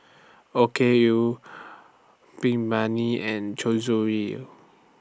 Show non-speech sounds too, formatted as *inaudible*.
Okayu *unintelligible* and *unintelligible*